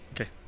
Okay